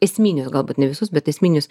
esminius galbūt ne visus bet esminius